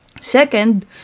Second